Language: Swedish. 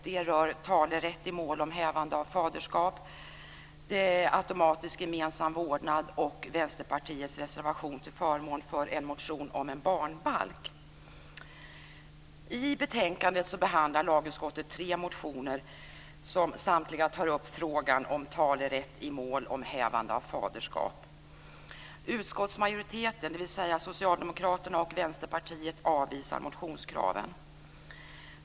Det rör talerätt i mål om hävande av faderskap, automatisk gemensam vårdnad och Vänsterpartiets reservation till förmån för en motion om en barnbalk. I betänkandet behandlar lagutskottet tre motioner som samtliga tar upp frågan om talerätt i mål om hävande av faderskap. Utskottsmajoriteten, dvs. Socialdemokraterna och Vänsterpartiet, avvisar motionskraven.